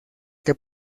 que